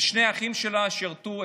ושני האחים שלה שירתו,